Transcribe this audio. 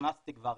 שנכנסתי כבר,